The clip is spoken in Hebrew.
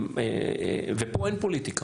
ופה אין פוליטיקה.